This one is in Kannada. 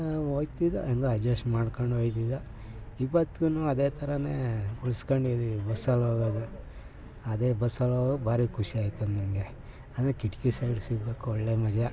ಹೋಗ್ತಿದ್ದೋ ಹೆಂಗೋ ಅಡ್ಜೆಸ್ಟ್ ಮಾಡ್ಕೊಂಡೊಯ್ತಿದ್ದೋ ಇವತ್ಗೂ ಅದೇ ಥರ ಉಳಿಸ್ಕೊಂಡಿದೀವಿ ಬಸ್ಸಲ್ಲೋಗೋದು ಅದೇ ಬಸ್ಸಲ್ಲೋಗಕ್ಕೆ ಭಾರಿ ಖುಷಿ ಆಗ್ತದೆ ನಮಗೆ ಅಂದರೆ ಕಿಟಕಿ ಸೈಡು ಸಿಗಬೇಕು ಒಳ್ಳೆಯ ಮಜಾ